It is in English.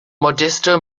modesto